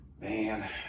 man